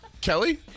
Kelly